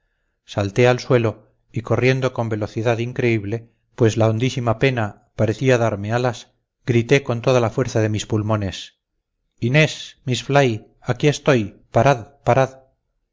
salté al suelo y corriendo con velocidad increíble pues la hondísima pena parecía darme alas grité con toda la fuerza de mis pulmones inés miss fly aquí estoy parad parad